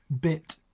bit